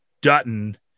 Dutton